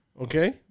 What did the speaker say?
Okay